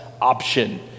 option